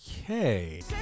okay